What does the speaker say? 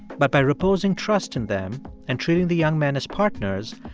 but by reposing trust in them and treating the young men as partners,